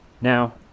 Now